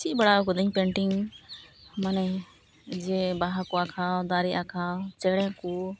ᱪᱮᱫ ᱵᱟᱲᱟ ᱟᱠᱟᱫᱟᱹᱧ ᱯᱮᱱᱴᱤᱝ ᱢᱟᱱᱮ ᱡᱮ ᱵᱟᱦᱟ ᱠᱚ ᱟᱸᱠᱷᱟᱣ ᱫᱟᱨᱮ ᱟᱸᱠᱷᱟᱣ ᱪᱮᱬᱮ ᱠᱚ